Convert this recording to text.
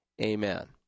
Amen